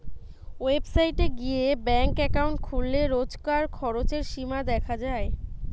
website গিয়ে bank account খুললে রোজকার খরচের সীমা দেখা যায়